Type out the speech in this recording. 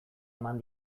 eman